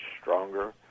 stronger